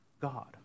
God